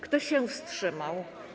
Kto się wstrzymał?